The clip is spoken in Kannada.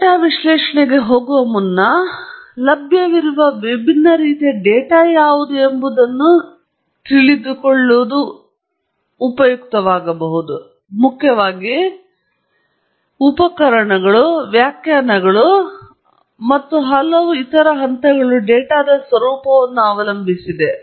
ಮತ್ತು ನಾವು ಡೇಟಾ ವಿಶ್ಲೇಷಣೆಗೆ ಹೋಗುವ ಮುನ್ನ ಲಭ್ಯವಿರುವ ವಿಭಿನ್ನ ರೀತಿಯ ಡೇಟಾ ಯಾವುದು ಎಂಬುದನ್ನು ತಿಳಿದುಕೊಳ್ಳಲು ಬಹಳ ಉಪಯುಕ್ತವಾಗಬಹುದು ಏಕೆಂದರೆ ಮುಖ್ಯವಾಗಿ ನಾನು ನಂತರ ಸೂಚಿಸುವಂತೆ ಉಪಕರಣಗಳು ವ್ಯಾಖ್ಯಾನಗಳು ಮತ್ತು ಹಲವು ಇತರ ಹಂತಗಳು ಡೇಟಾದ ಸ್ವರೂಪವನ್ನು ಅವಲಂಬಿಸಿವೆ